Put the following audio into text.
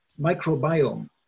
microbiome